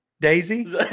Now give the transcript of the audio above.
Daisy